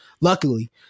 luckily